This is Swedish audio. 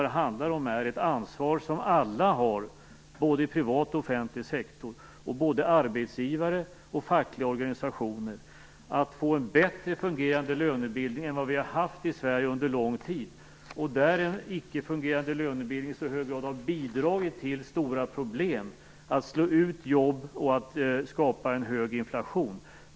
Det handlar om ett ansvar som alla har - såväl i offentlig som i privat sektor, både arbetsgivare och fackliga organisationer - att få en bättre fungerande lönebildning än vi har haft i Sverige under lång tid. Den icke-fungerande lönebilden har ju i hög grad bidragit till stora problem. Den har slagit ut jobb och skapat en hög inflation.